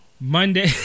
Monday